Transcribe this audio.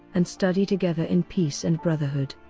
and study together in peace and brotherhood.